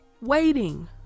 waiting